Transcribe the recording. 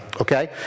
okay